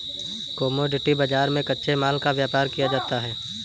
commodity बाजार में कच्चे माल का व्यापार किया जाता है